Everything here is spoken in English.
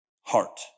heart